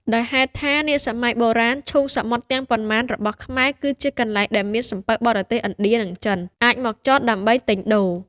ដោយហេតុថា នាសម័យបុរាណឈូងសមុទ្រទាំងប៉ុន្មានរបស់ខ្មែរ គឺជា កន្លែងដែលមាន សំពៅបរទេសឥណ្ឌា និងចិន អាចមកចតដើម្បីទិញដូរ ។